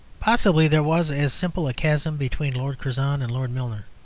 possibly there was as simple a chasm between lord curzon and lord milner.